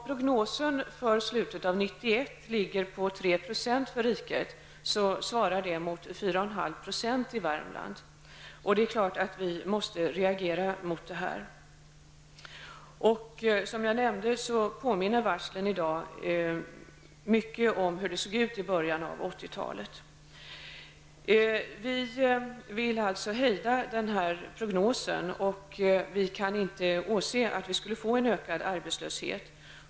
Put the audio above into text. Prognosen för slutet av 1991 är 3 % arbetslöshet för riket och 4,5 % i Värmland. Det är klart att vi då måste reagera. Som jag nämnde påminner situationen i dag mycket om hur det såg ut i början av 80-talet. Vi vill hejda denna utveckling. Vi kan inte åse att vi skulle få en ökad arbetslöshet.